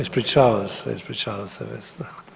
Ispričavam se, ispričavam se Vesna.